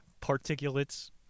particulates